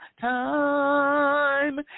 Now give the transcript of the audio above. time